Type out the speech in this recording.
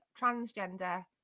transgender